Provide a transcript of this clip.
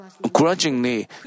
grudgingly